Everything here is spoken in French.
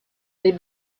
les